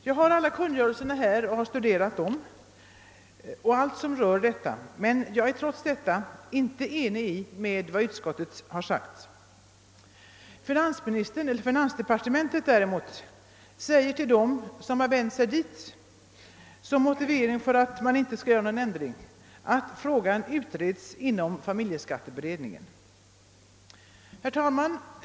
Jag har alla kungörelserna här, och jag har studerat dem och allt som rör dessa studiesociala reformer, men jag är trots detta inte alls enig med utskottet om dess motivering. Finansdepartementet däremot säger såsom motivering för att ingen ändring skall göras, att frågan utreds inom familjeskatteberedningen. Herr talman!